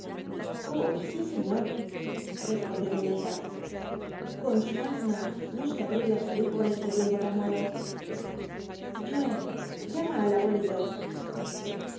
oh seiíoa respondió mi neta con su asma no se atre c ü salir con este liempo tan malo joé llama al abuelito